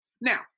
Now